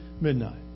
midnight